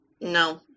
No